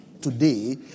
today